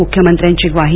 मुख्यमंत्र्यांची ग्वाही